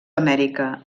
amèrica